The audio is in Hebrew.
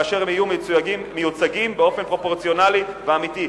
כאשר החברים יהיו מיוצגים באופן פרופורציונלי ואמיתי.